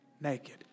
Naked